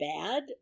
bad